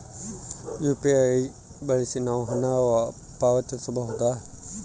UPI ಬಳಸಿ ನಾವು ಹಣ ಪಾವತಿಸಬಹುದಾ?